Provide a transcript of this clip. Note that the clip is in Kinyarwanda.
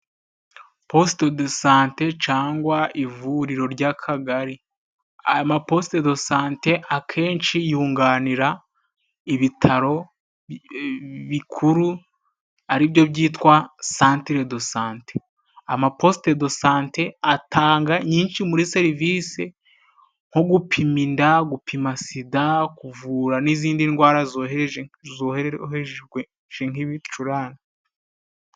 Posite dosante cyangwa ivuriro ry' Akagari. Amaposite dosante akenshi yunganira ibitaro bikuru ari byo byitwa sentere dosante. Amaposite dosante atanga nyinshi muri serivisi, nko gupimi inda, gupima sida, kuvura n'izindi ndwara zoroheje nk'ibicurane.